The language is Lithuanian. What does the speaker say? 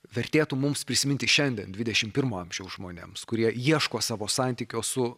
vertėtų mums prisiminti šiandien dvidešimt pirmo amžiaus žmonėms kurie ieško savo santykio su